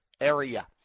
Area